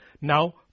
now